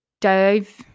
dive